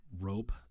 rope